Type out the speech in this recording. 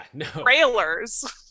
trailers